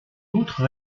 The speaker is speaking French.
outre